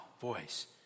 voice